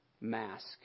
mask